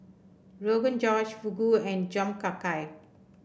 Rogan Josh Fugu and Jom Kha Gai